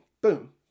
Boom